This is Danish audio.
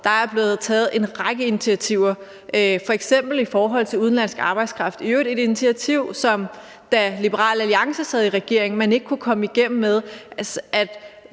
Der er blevet taget en række initiativer, f.eks. i forhold til udenlandsk arbejdskraft, i øvrigt et initiativ, som man, da Liberal Alliance sad i regering, ikke kunne komme igennem med,